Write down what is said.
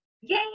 Yay